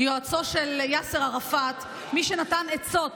יועצו של יאסר ערפאת, מי שנתן עצות